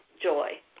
joy